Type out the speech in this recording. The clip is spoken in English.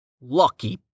Lucky